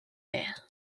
mère